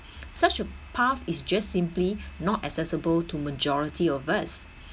such a path is just simply not accessible to majority of us